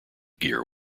gear